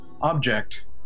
object